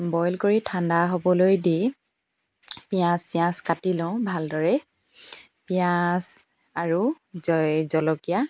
boil কৰি ঠাণ্ডা হ'বলৈ দি পিঁয়াজ চিয়াজ কাটি লওঁ ভালদৰে পিঁয়াজ আৰু জই জলকীয়া